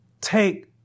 take